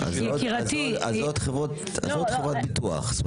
זה עוד, זה עוד חברת ביטוח.